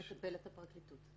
בהם מטפלת הפרקליטות.